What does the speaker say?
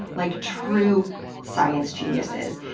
like true science geniuses.